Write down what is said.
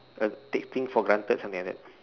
uh take things for granted something like that